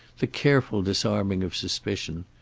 the careful disarming of suspicion,